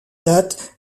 date